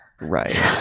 right